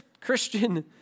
Christian